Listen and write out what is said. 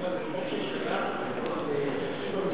יש חוק שיבוא בפני הכנסת.